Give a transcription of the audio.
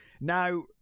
Now